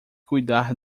cuidar